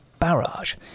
barrage